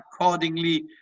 accordingly